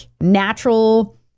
natural